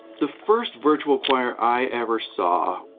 the first virtual choir i ever saw,